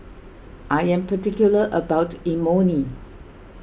I am particular about Imoni